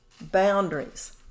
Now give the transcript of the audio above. Boundaries